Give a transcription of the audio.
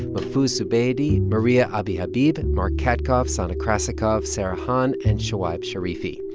but mufu subedi, maria abi-habib, mark katkov, sana krasikov, sarah han and shoaib sharifi.